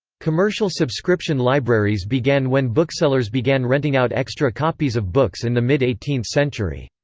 commercial subscription libraries began when booksellers began renting out extra copies of books in the mid eighteenth century.